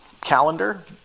calendar